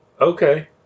Okay